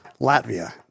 Latvia